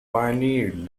pioneered